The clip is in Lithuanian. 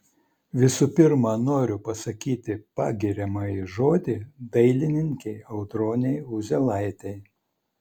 visų pirma noriu pasakyti pagiriamąjį žodį dailininkei audronei uzielaitei